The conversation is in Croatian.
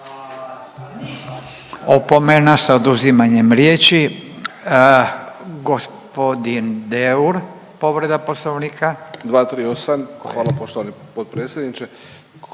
Opomena sa oduzimanjem riječi. Gospodin Deur povreda Poslovnika. **Deur, Ante (HDZ)** 238. hvala poštovani potpredsjedniče.